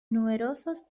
numerosos